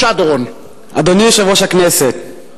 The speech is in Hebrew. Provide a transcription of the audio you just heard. אדוני יושב-ראש הכנסת,